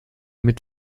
mit